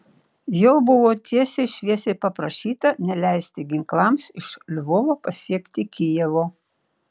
jo buvo tiesiai šviesiai paprašyta neleisti ginklams iš lvovo pasiekti kijevo